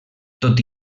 tot